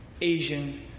Asian